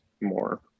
more